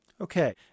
Okay